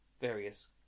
various